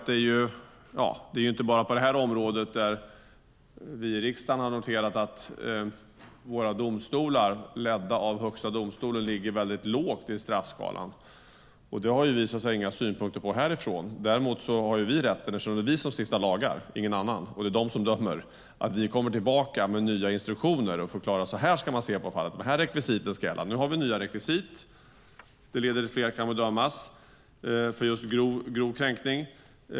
Det är inte bara på det här området som vi i riksdagen har noterat att våra domstolar, ledda av Högsta domstolen, ligger mycket lågt i straffskalan. Det har vi inga synpunkter på härifrån, men eftersom det är vi och ingen annan som stiftar lagar och de som dömer har vi rätten att komma tillbaka med nya instruktioner och förklara hur man ska se på fallet och vilka rekvisit som ska gälla. Nu har vi nya rekvisit. Det leder till att fler kan dömas för just grov kränkning.